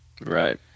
Right